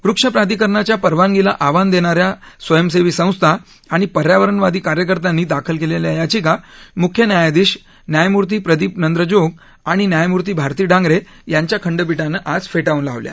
वृक्षप्राधिकरणाच्या परवानगीला आव्हान देणा या स्वयंसेवी संस्था आणि पर्यावरणवादी कार्यकर्त्यांनी दाखल केलेल्या याचिका मुख्य न्यायाधीश न्यायमूर्ती प्रदीप नंद्रजोग आणि न्यायमूर्ती भारती डांगरे यांच्या खंडपीठानं आज फेटाळून लावल्या